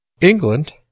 England